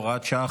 הוראת שעה,